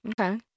okay